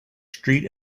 street